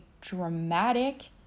dramatic